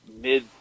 Mid